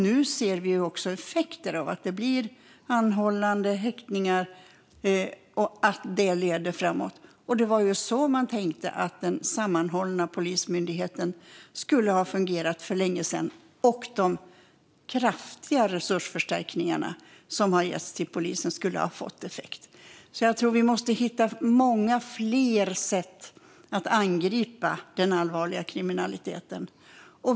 Nu ser vi effekter av detta i form av anhållanden och häktningar, vilket leder framåt. Det var så man tänkte att den sammanhållna Polismyndigheten skulle ha fungerat för länge sedan och att de kraftiga resursförstärkningar som har getts till polisen skulle ha fått effekt. Jag tror att vi måste hitta många fler sätt att angripa den allvarliga kriminaliteten.